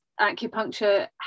acupuncture